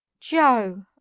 Joe